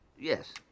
Yes